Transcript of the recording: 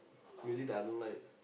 music that I don't like